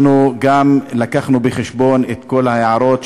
אנחנו גם לקחנו בחשבון את כל ההערות,